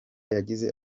yagize